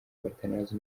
batanazi